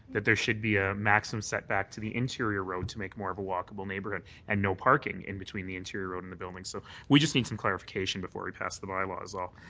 that there should be a maximum setback to the interior road to make more of a walkable neighbourhood and no parking in between the interior road and the building. so we just need some clarification before we pass the bylaw is um